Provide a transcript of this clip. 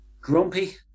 Grumpy